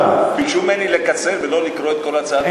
ביקשו ממני לקצר ולא לקרוא את כל הצעת החוק.